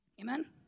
Amen